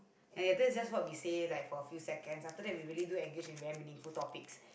ya ya that's just what we say like for a few seconds after that we do engage in very meaningful topics